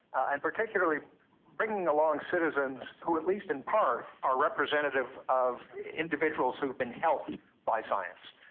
and particularly bringing along citizens who at least in part are representative of individuals who been helped by science,